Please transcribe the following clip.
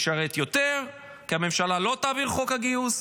ישרת יותר, כי הממשלה לא תעביר את חוק הגיוס,